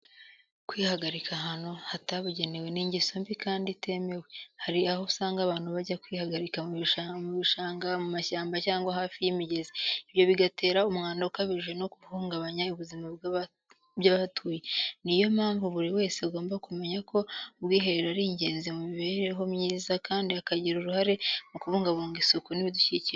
Kwihagarika ahantu hatabugenewe ni ingeso mbi kandi itemewe. Hari aho usanga abantu bajya kwihagarika mu bishanga, mu mashyamba cyangwa hafi y’imigezi, ibyo bigatera umwanda ukabije no guhungabanya ubuzima bw’abahatuye. Ni yo mpamvu buri wese agomba kumenya ko ubwiherero ari ingenzi mu mibereho myiza, kandi akagira uruhare mu kubungabunga isuku n’ibidukikije.